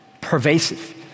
Pervasive